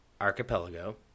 archipelago